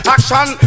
Action